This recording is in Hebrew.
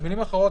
במילים אחרות,